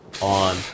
On